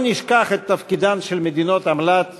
לא נשכח את תפקידן של מדינות אמל"ט